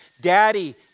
Daddy